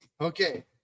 Okay